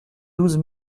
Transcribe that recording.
douze